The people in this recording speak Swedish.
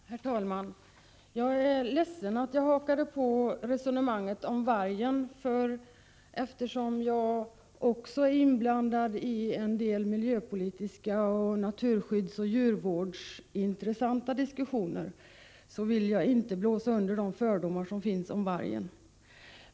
Herr talman! Jag är ledsen att jag hakade på resonemanget om vargen. Eftersom jag också är inblandad i en del frågor som gäller miljöpolitik, naturskydd och djurvård, vill jag inte blåsa under de fördomar som finns om vargen.